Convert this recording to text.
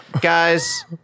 Guys